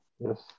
yes